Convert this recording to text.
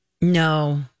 No